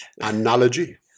Analogy